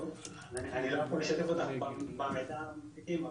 אני לא יכול לשתף אותך במידע על התיקים,